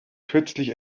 kürzlich